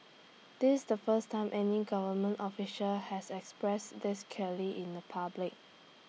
this the first time any government official has expressed this clearly in the public